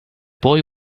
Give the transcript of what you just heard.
boy